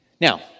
Now